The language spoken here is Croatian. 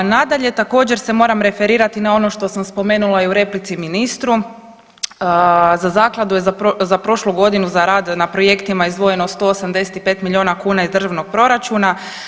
Nadalje, također se moram referirati na ono što sam spomenula i u replici ministru za zakladu je za prošlu godinu za rad na projektima izdvojeno 185 milijuna kuna iz državnog proračuna.